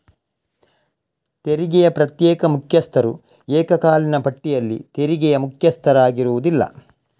ತೆರಿಗೆಯ ಪ್ರತ್ಯೇಕ ಮುಖ್ಯಸ್ಥರು ಏಕಕಾಲೀನ ಪಟ್ಟಿಯಲ್ಲಿ ತೆರಿಗೆಯ ಮುಖ್ಯಸ್ಥರಾಗಿರುವುದಿಲ್ಲ